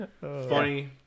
Funny